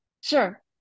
Sure